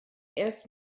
erst